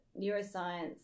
neuroscience